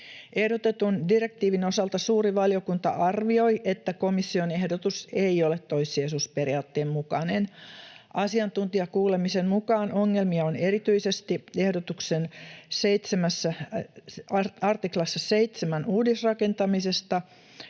Ehdotetun direktiivin osalta suuri valiokunta arvioi, että komission ehdotus ei ole toissijaisuusperiaatteen mukainen. Asiantuntijakuulemisen mukaan ongelmia on erityisesti ehdotuksen artiklassa 7 uudisrakentamisesta